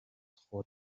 خود